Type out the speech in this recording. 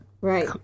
Right